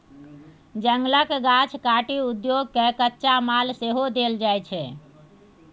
जंगलक गाछ काटि उद्योग केँ कच्चा माल सेहो देल जाइ छै